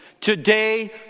Today